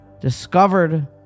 discovered